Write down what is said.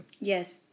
Yes